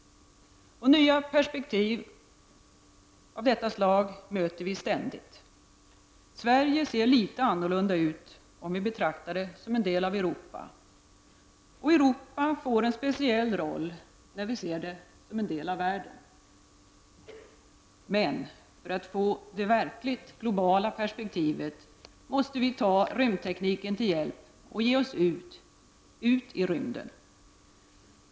Nya perspektiv av detta slag möter vi ständigt. Sverige ser litet annorlunda ut om vi betraktar det som en del av Europa, och Europa får en speciell roll när vi ser det som en del av världen. För att få det verkligt globala perspektivet måste vi dock ta rymdtekniken till hjälp och bege oss ut i rymden.